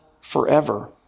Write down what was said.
forever